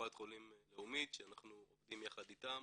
קופת חולים לאומית שאנחנו עובדים יחד איתם.